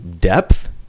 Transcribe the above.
depth